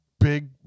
Big